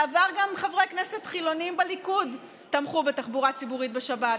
בעבר גם חברי כנסת חילונים בליכוד תמכו בתחבורה ציבורית בשבת.